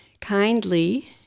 kindly